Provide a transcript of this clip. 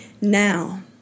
now